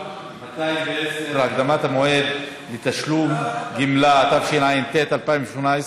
210) (הקדמת המועד לתשלום גמלה), התשע"ט 2018,